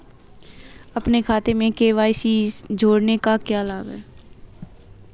अपने खाते में के.वाई.सी जोड़ने का क्या लाभ है?